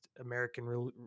American